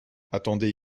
attendez